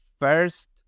first